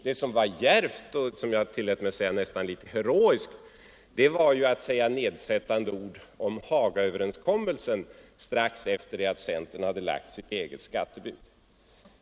Det som var djärvt och det som jag tillät mig kalla nästan litet heroiskt var att säga nedsättande ord om Hagaöverenskommelsen strax efter det att centern lagt sitt eget skattebud.